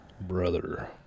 Brother